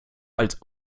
als